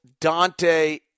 Dante